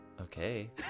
Okay